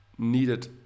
needed